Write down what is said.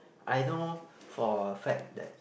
I know for a fact that